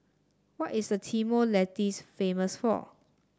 what is Timor Leste famous for